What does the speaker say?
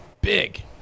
Big